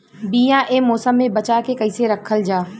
बीया ए मौसम में बचा के कइसे रखल जा?